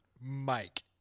Mike